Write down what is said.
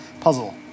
puzzle